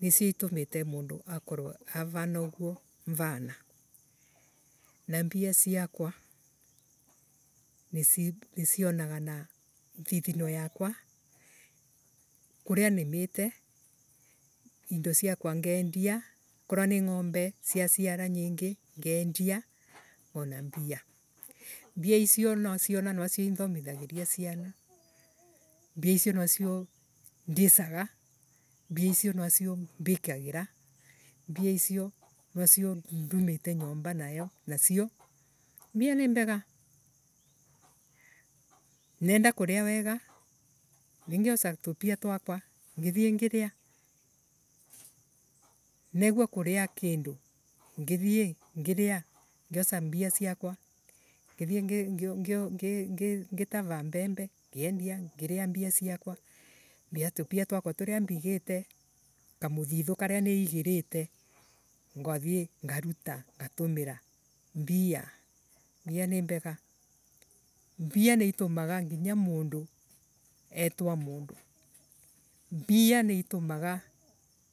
nicio itumitemundu avana uguo mvana. Mbia ciakwa nicionaga na nthithino yakwa kuria nimite. indo ciakwa ngendia akonwo ni ngombe ciaciara nyingi ngendia ngona mbia. Mbia icio naciona nwacio inthomi thagiria ciana mbia icio nwacio ndicaga mbia icio nwacio mbikagira mbia icio nwacio ndumite nyomba nayo Nacio. Mbia ni mbega. Nenda kuria wega nie ngioca tupia twakwa ngithie ngiria. Negua kuria kindu ngithie ngiria ngioca mbia ciaka. Ngithie ngitara mbembe ngiendia ngiria mbia ciakwa. Tupia turia twakwa mbigiite kamuthithukaria ni igirite ngathii ngaruta ngatumira mbia. Mbia ni mbega mbia ni itumaga nginya mundu etwa mundu. Mbia ni itumaga